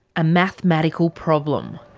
a mathematical problem.